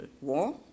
war